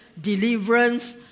deliverance